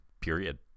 period